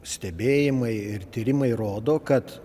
stebėjimai ir tyrimai rodo kad